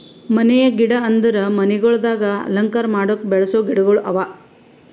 ಮನೆಯ ಗಿಡ ಅಂದುರ್ ಮನಿಗೊಳ್ದಾಗ್ ಅಲಂಕಾರ ಮಾಡುಕ್ ಬೆಳಸ ಗಿಡಗೊಳ್ ಅವಾ